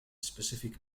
specific